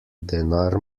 denar